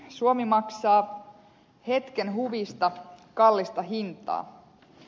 suomi maksaa hetken huvista kallista hintaa